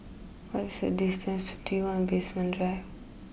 what is the distance to T one Basement Drive